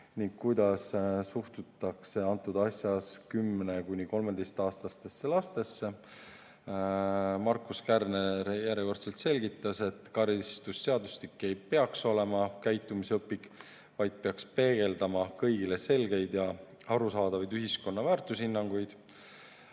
kuidas suhtutakse antud asjas 10–13‑aastastesse lastesse. Markus Kärner järjekordselt selgitas, et karistusseadustik ei peaks olema käitumisõpik, vaid see peaks peegeldama kõigile selgeid ja arusaadavaid ühiskonna väärtushinnanguid.